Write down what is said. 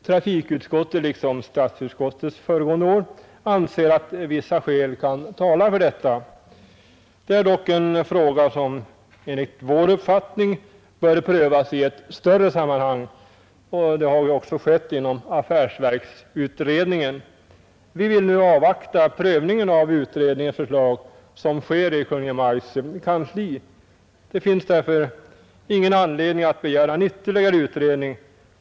Trafikutskottet liksom statsutskottet föregående år anser att vissa skäl kan tala för detta. Det är dock en fråga som enligt vår uppfattning bör prövas i ett större sammanhang. Det har också skett genom affärsverksutredningen. Vi vill nu avvakta prövningen av utredningens förslag som sker i Kungl. Maj:ts kansli. Det finns därför ingen anledning att begära en ytterligare utredning.